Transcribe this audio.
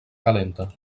calenta